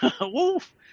woof